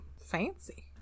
fancy